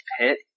Pit